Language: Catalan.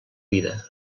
vida